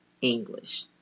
English